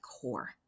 core